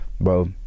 bro